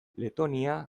letonia